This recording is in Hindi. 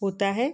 होता है